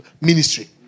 ministry